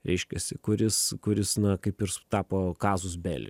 reiškiasi kuris kuris na kaip ir sutapo kazus bele